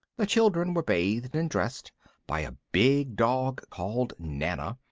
the children were bathed and dressed by a big dog called nana,